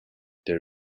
there